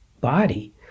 body